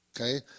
okay